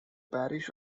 parish